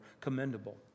commendable